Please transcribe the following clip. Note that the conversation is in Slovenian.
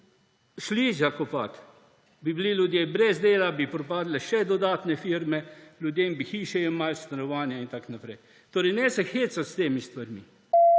šli zakopati, bi bili ljudje brez dela, bi propadle še dodatne firme, ljudem bi hiše jemali, stanovanja in tako naprej. Torej, ne se hecati s temi stvarmi.